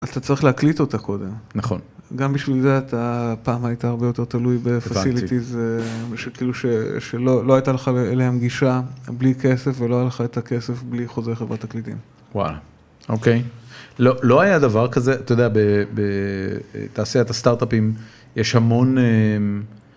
אז אתה צריך להקליט אותה קודם, נכון, גם בשביל זה אתה פעם היית הרבה יותר תלוי בפסיליטיז, הבנתי, כאילו שלא הייתה לך אליהם גישה בלי כסף ולא היה לך את הכסף בלי חוזה חברת הקליטים. וואלה, אוקיי. לא היה דבר כזה, אתה יודע, בתעשיית הסטארט-אפים יש המון...